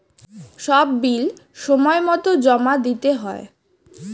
সব বিল সময়মতো জমা দিতে হয়